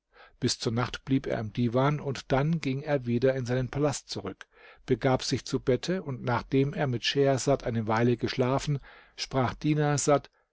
bis zur nacht blieb er im divan und dann ging er wieder in seinen palast zurück begab sich zu bette und nachdem er mit schehersad eine weile geschlafen sprach